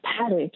paddock